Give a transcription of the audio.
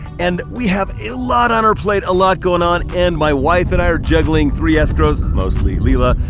and we have a lot on our plate a lot going on, and my wife and i are juggling three escrows, mostly leila,